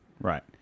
Right